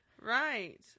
Right